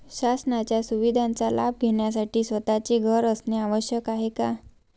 शासनाच्या सुविधांचा लाभ घेण्यासाठी स्वतःचे घर असणे आवश्यक आहे का?